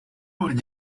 burya